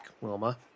Wilma